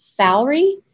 Salary